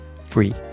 free